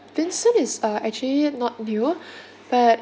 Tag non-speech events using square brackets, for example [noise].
vincent is uh actually not new [breath] but